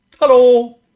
Hello